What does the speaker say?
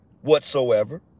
whatsoever